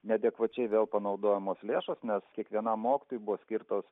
neadekvačiai vėl panaudojamos lėšos nes kiekvienam mokytojui buvo skirtos